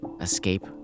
Escape